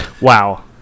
Wow